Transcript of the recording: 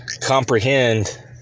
comprehend